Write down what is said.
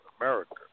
America